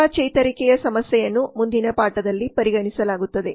ಸೇವಾ ಚೇತರಿಕೆಯ ಸಮಸ್ಯೆಯನ್ನು ಮುಂದಿನ ಪಾಠದಲ್ಲಿ ಪರಿಗಣಿಸಲಾಗುತ್ತದೆ